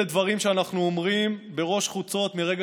אלה דברים שאנחנו אומרים בראש חוצות מרגע